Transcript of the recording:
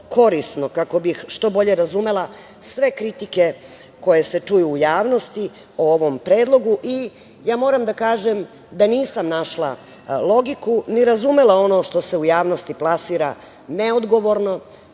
korisno kako bih što bolje razumela sve kritike koje se čuju u javnosti o ovom Predlogu. Ja moram da kažem da nisam našla logiku ni razumela ono što se u javnosti plasira neodgovorno,